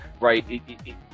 right